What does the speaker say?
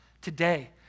today